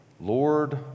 Lord